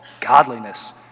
godliness